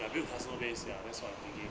ya build customer base ya that's what I'm thinking